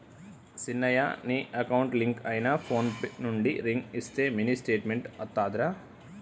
సిన్నయ నీ account link అయిన ఫోన్ నుండి రింగ్ ఇస్తే మినీ స్టేట్మెంట్ అత్తాదిరా